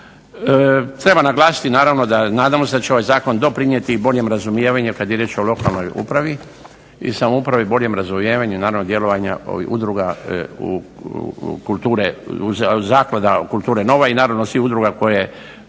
Treba naglasiti da nadamo se da će ovaj Zakon doprinijeti i boljem razumijevanju kada je riječ o lokalnoj upravi i samoupravi boljem razumijevanju djelovanja ovih udruga kulture, zaklada kulture Nova i naravno svih udruga koje